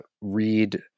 read